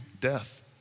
death